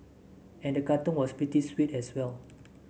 and the cartoon was pretty sweet as well